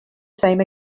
same